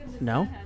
no